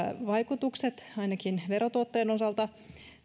vaikutukset ainakin verotuottojen osalta